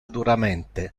duramente